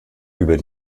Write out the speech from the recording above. über